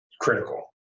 critical